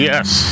Yes